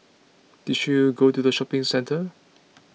did you go to the shopping centre